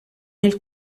nel